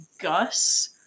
Gus